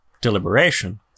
deliberation